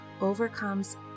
overcomes